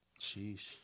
sheesh